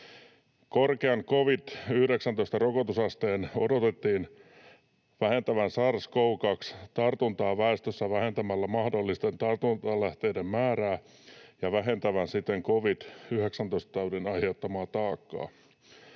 ”Korkean covid-19-rokotusasteen odotettiin vähentävän sars-cov-2-tartuntaa väestössä vähentämällä mahdollisten tartuntalähteiden määrää ja vähentävän siten covid-19-taudin aiheuttamaa taakkaa.